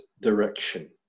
direction